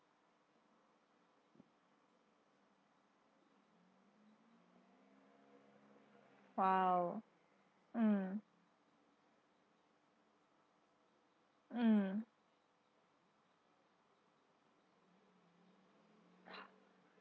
!wow! mm mm